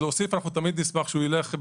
להוסיף כמובן שנשמח,